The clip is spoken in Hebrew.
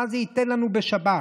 מה זה ייתן לנו בשבת?